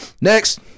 Next